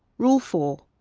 rule four,